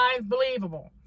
believable